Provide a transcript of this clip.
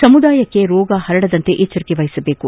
ಸಮುದಾಯಕ್ಕೆ ರೋಗ ಹರಡದಂತೆ ಎಚ್ದರಿಕೆ ವಹಿಸಬೇಕು